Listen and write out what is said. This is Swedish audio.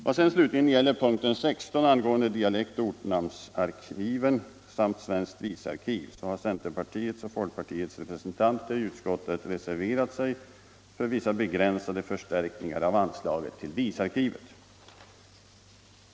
Vad sedan gäller punkten 16 angående dialektoch ortsnamnsarkiven samt svenskt visarkiv har centerpartiet och folkpartiets representanter i utskottet reserverat sig för vissa begränsade förstärkningar av anslaget till visarkivet.